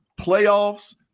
playoffs